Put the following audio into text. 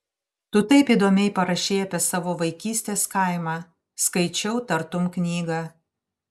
tu taip įdomiai parašei apie savo vaikystės kaimą skaičiau tartum knygą